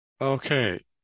Okay